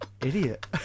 Idiot